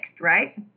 right